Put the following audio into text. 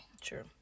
True